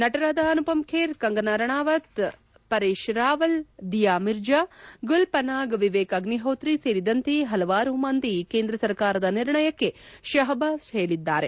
ನಟರಾದ ಅನುಪಮ್ ಬೇರ್ ಕಂಗನಾ ರಾಣವತ್ ಪರೇಶ್ ರಾವಲ್ ದಿಯಾ ಮಿರ್ಜಾ ಗುಲ್ ಪನಾಗ್ ವಿವೇಕ್ ಅಗ್ನಿಹೋತ್ರಿ ಸೇರಿದಂತೆ ಹಲವಾರು ಮಂದಿ ಕೇಂದ್ರ ಸರಕಾರದ ನಿರ್ಣಯಕ್ಕೆ ಶಹಬ್ಲಾಸ್ ಎಂದಿದ್ದಾರೆ